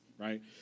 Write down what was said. right